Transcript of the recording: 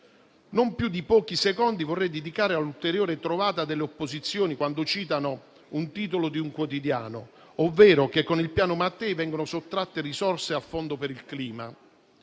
Non più di pochi secondi vorrei dedicare all'ulteriore trovata delle opposizioni quando citano il titolo di un quotidiano, secondo il quale con il Piano Mattei verrebbero sottratte risorse al fondo per il clima.